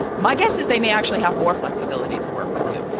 my guess is they may actually have more flexibility to work with you.